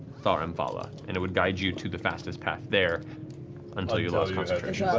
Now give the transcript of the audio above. thar amphala, and it would guide you to the fastest path there until you lost concentration.